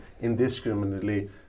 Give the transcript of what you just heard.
indiscriminately